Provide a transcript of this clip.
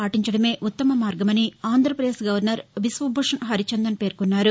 పాటించడమే ఉత్తమ మార్గమని ఆంధ్రపదేశ్ గవర్నర్ బిశ్వభూషణ్ హరిచందన్ పేర్కొన్నారు